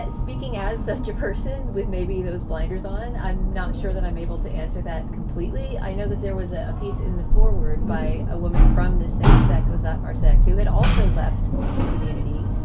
speaking as such a person with maybe those blinders on. i'm not sure that i'm able to answer that completely. i know that there was ah a piece in the foreword by a woman from the same sacco's that marsac, who had also left the community,